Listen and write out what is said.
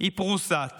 היא פרוסת